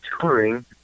touring